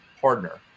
partner